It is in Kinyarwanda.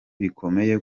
bikomeye